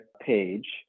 page